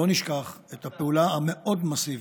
לא נשכח את הפעולה המאוד מסיבית,